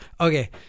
Okay